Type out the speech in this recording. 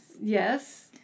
yes